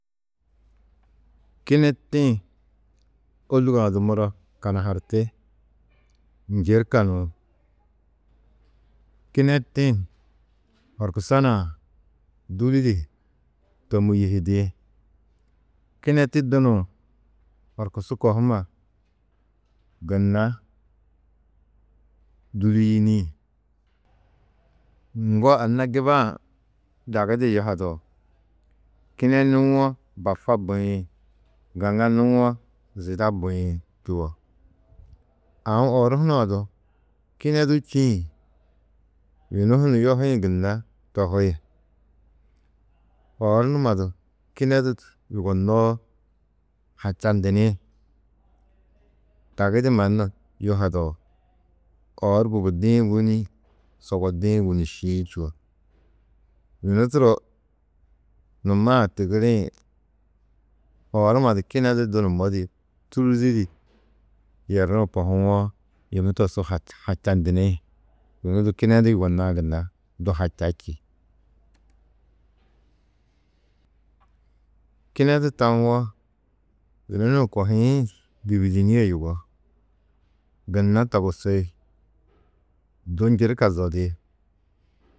Kinetti-ĩ ôlug-ã du muro kanaharti, njirka nuũ, kinetti-ĩ horkusa nuã dûli di tômmuyihidi. Kinetti dunuũ horkusu kohumma gunna dûliyini. Ŋgo anna giba-ã dagi di yuhado: Kinenuwo bapa buĩ, gaŋanuwo zida buĩ čuo. Aũ oor hunã du kinedu čîĩ, yunu hunu yohĩ gunna tohi. Oor numa du kinedu yugonnoo, hačandini, dagi di mannu yuhado: Oor gubudi-ĩ wûni, sogodi-ĩ wûnišiĩ čuo. Yunu turo numaa tigirĩ, oor numa du kinedu dunumodi, tûruzi di yerruũ kohuwo, yunu to su hačandini, yunu du kinedu yugonnãá gunna, du hača čî. Kinedu tawo, yunu nuũ kohiĩ bibidinîe yugó, gunna togusi, du njirka zodi.